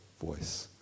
voice